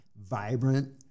vibrant